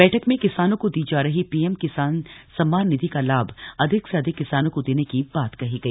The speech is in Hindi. बठक में किसानों को दी जा रही पीएम किसान सम्मान निधि का लाभ अधिक से अधिक किसानों को देने की बात कही गयी